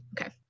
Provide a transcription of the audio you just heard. okay